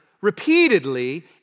repeatedly